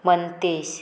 Mantesh